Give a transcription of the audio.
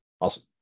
Awesome